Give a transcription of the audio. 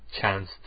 chance